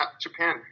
japan